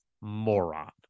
moron